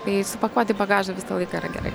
tai supakuoti bagažą visą laiką yra gerai